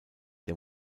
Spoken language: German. der